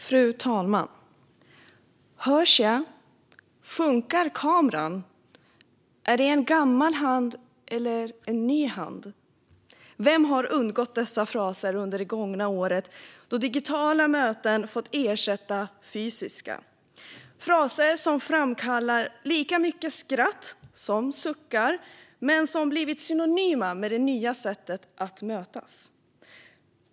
Fru talman! Hörs jag? Funkar kameran? Är det en gammal hand eller en ny hand? Vem har undgått dessa fraser under det gångna året då digitala möten fått ersätta fysiska? Det är fraser som framkallar lika mycket skratt som suckar men som blivit synonyma med det nya sättet att mötas.